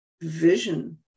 vision